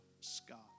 Scott